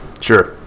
sure